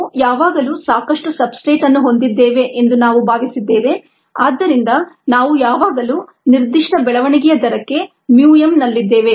ನಾವು ಯಾವಾಗಲೂ ಸಾಕಷ್ಟು ಸಬ್ಸ್ಟ್ರೇಟ್ ಅನ್ನು ಹೊಂದಿದ್ದೇವೆ ಎಂದು ನಾವು ಭಾವಿಸಿದ್ದೇವೆ ಆದ್ದರಿಂದ ನಾವು ಯಾವಾಗಲೂ ನಿರ್ದಿಷ್ಟ ಬೆಳವಣಿಗೆಯ ದರಕ್ಕೆ mu m ನಲ್ಲಿದ್ದೇವೆ